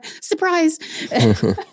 Surprise